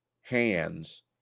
hands